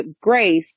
grace